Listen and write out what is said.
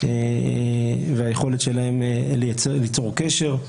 והיכולת שלהם ליצור קשר.